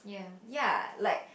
ya like